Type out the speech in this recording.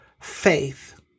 faith